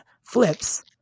flips